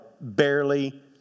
barely